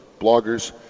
bloggers